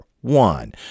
One